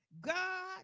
God